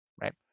right